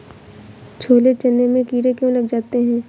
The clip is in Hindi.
छोले चने में कीड़े क्यो लग जाते हैं?